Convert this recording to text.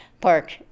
park